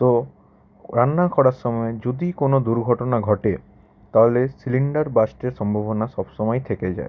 তো রান্না করার সমায় যদি কোনো দুর্ঘটনা ঘটে তালে সিলিন্ডার বাস্টের সম্ভাবনা সব সমায় থেকে যায়